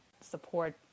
support